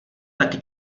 taky